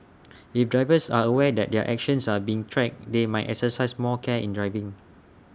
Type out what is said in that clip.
if drivers are aware that their actions are being tracked they might exercise more care in driving